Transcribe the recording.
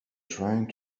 trying